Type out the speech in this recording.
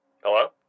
Hello